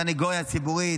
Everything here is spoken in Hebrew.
הסנגוריה הציבורית,